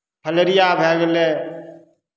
filaria भए गेलै